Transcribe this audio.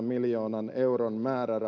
miljoonan euron määrärahaa